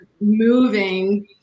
moving